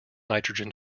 nitrogen